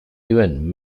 even